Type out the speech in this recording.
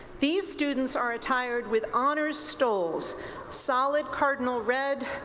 these students are attired with honors stoles solid cardinal red,